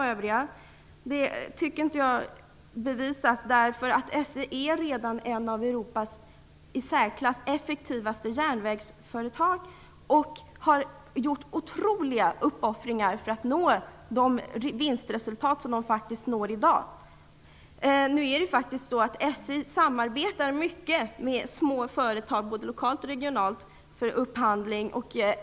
Jag tycker inte att det bevisas, eftersom SJ redan är en av Europas i särklass effektivaste järnvägsföretag och har gjort otroliga uppoffringar för att nå de vinstresultat som man faktiskt når i dag. SJ samarbetar mycket med små företag både lokalt och regionalt för upphandling.